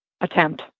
attempt